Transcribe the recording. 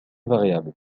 variable